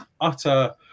utter